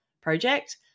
project